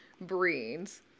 breeds